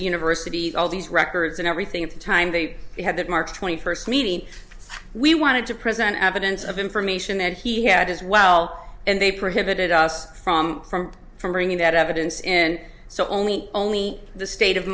universities all these records and everything at the time they had that march twenty first meeting we wanted to present evidence of information that he had as well and they prohibited us from from from bringing that evidence in so only only the state of